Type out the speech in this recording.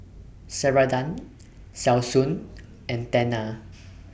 Ceradan Selsun and Tena